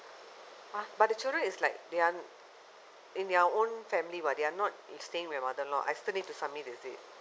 ha but the children is like they are in their own family what they are not staying with mother in law I still need to submit is it